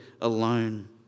alone